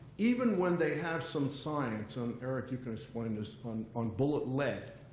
even when they have some science, and eric you can explain this, on on bullet lead,